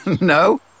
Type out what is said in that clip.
No